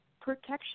protection